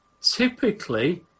typically